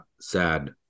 sad